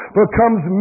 becomes